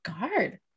guard